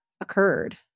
occurred